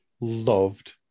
loved